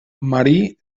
marí